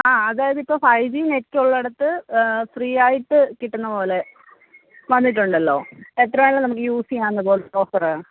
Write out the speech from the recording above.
ആ അതായത് ഇപ്പോൾ ഫൈവ് ജി നെറ്റ് ഉള്ളിടത്ത് ഫ്രീ ആയിട്ട് കിട്ടുന്നത് പോലെ വന്നിട്ടുണ്ടല്ലോ എത്ര വേണമെങ്കിലും നമുക്ക് യൂസ് ചെയ്യുന്നത് പോലത്തെ ഓഫർ